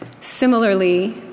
Similarly